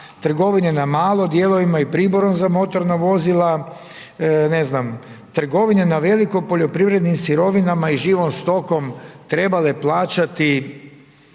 trgovine na malo dijelovima i priborom za motorna vozila, ne znam trgovine na veliko poljoprivrednim sirovinama i živom stokom trebale plaćati